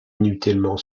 inutilement